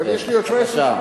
אבל יש לי עוד 17 שניות.